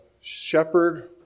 shepherd